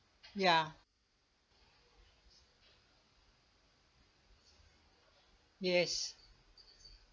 ya yes